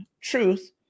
truth